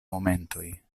momentoj